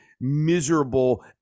miserable